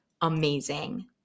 amazing